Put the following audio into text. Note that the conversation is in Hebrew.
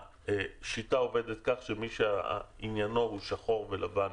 השיטה עובדת כך שמי שעניינו הוא שחור ולבן